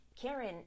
Karen